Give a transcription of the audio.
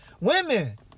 Women